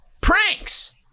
pranks